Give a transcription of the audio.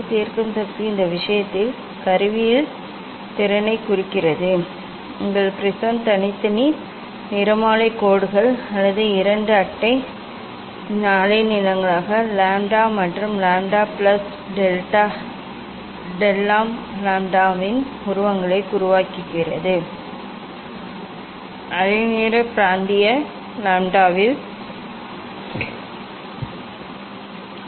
தீர்க்கும் சக்தி இந்த விஷயத்தில் கருவியின் திறனைக் குறிக்கிறது எங்கள் ப்ரிஸம் தனித்தனி நிறமாலை கோடுகள் அல்லது இரண்டு அண்டை அலைநீளங்களான லாம்ப்டா மற்றும் லாம்ப்டா பிளஸ் டெல் லாம்ப்டாவின் உருவங்களை உருவாக்குகிறது அலைநீளம் பிராந்திய லாம்ப்டாவில் இதன் பொருள் என்ன